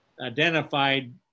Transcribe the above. identified